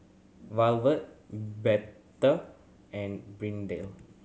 Violette Bette and Brittanie